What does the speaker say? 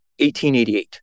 1888